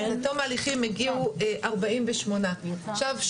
למעצר עד תום ההליכים הגיעו 48. עכשיו,